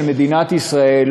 של מדינת ישראל,